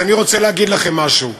אז אני רוצה להגיד לכם משהו: